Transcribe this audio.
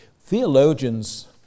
Theologians